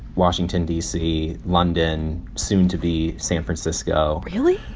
washington, d c, london, soon to be san francisco really?